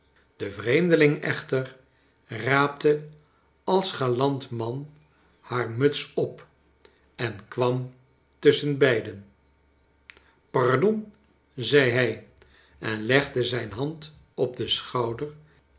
de vreemdeling echter raapte als galant man haar muts op en kwam tusschenbeiden par don zei hij en legde zijn hand op den schouder